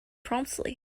promptly